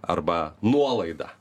arba nuolaida